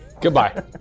Goodbye